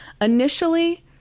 Initially